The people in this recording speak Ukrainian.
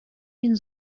він